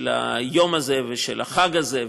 של היום הזה ושל החג הזה,